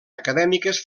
acadèmiques